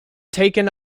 taken